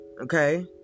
okay